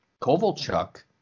Kovalchuk